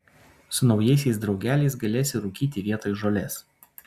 su naujaisiais draugeliais galėsi rūkyti vietoj žolės